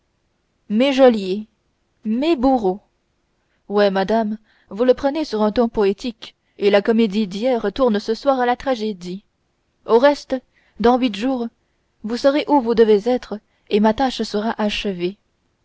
mes geôliers mes bourreaux ouais madame vous le prenez sur un ton poétique et la comédie d'hier tourne ce soir à la tragédie au reste dans huit jours vous serez où vous devez être et ma tâche sera achevée